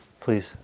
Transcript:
Please